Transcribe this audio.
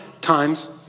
times